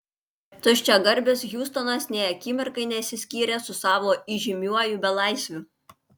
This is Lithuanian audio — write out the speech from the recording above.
tuščiagarbis hiustonas nė akimirkai nesiskyrė su savo įžymiuoju belaisviu